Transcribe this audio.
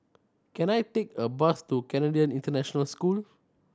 can I take a bus to Canadian International School